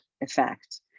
effect